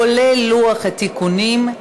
כולל לוח התיקונים,